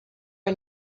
are